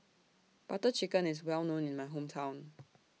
Butter Chicken IS Well known in My Hometown